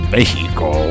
Mexico